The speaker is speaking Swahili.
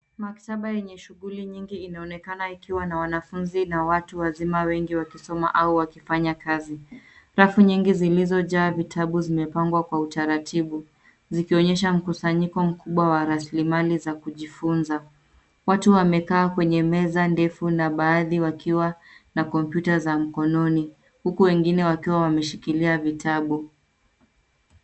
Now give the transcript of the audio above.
Maktaba yenye shughuli nyingi inaonekana ikiwa na wanafunzi na watu wazima wengi wakisoma au wakifanya kazi. Rafu nyingi zilizojaa vitabu zimepangwa kwa utaratibu, zikionyesha mkusanyiko mkubwa wa raslimali za kujifunza. Watu wamekaa kwenye meza ndefu na baadhi wakiwa na kompyuta za mkononi, huku wengine wakiwa wameshikilia vitabu.